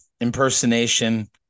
impersonation